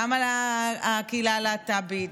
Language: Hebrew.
גם על הקהילה הלהט"בית,